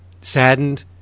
saddened